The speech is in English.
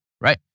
right